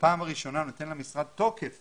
ובפעם הראשונה נותן למשרד תוקף